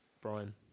Brian